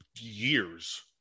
years